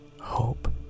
hope